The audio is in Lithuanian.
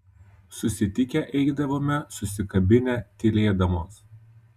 susitikę eidavome susikabinę tylėdamos